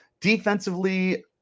Defensively